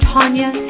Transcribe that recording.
Tanya